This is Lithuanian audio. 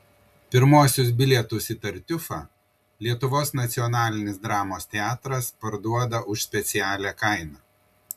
pirmuosius bilietus į tartiufą lietuvos nacionalinis dramos teatras parduoda už specialią kainą